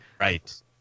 right